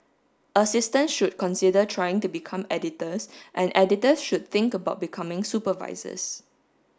assistants should consider trying to become editors and editors should think about becoming supervisors